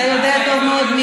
אתה יודע טוב מאוד,